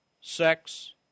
sex